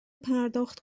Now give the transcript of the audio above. پرداخت